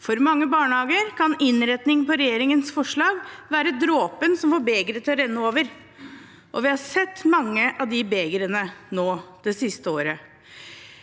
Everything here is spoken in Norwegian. For mange barnehager kan innretningen på regjeringens forslag være dråpen som får begeret til å renne over.» Vi har sett mange av de begrene det siste året.